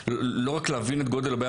ולא רק להבין את גודל הבעיה,